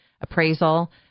appraisal